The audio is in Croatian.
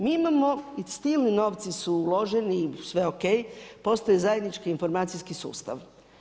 Mi imamo i silni novci su uloženi i sve ok, postoje zajednički informacijski sustav.